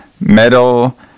metal